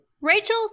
Rachel